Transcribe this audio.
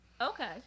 okay